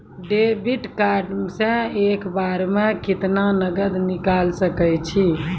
Debit card से एक बार मे केतना नगद निकाल सके छी?